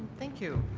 thank you.